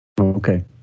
Okay